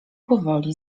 powoli